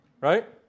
right